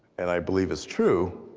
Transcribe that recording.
and i believe is true,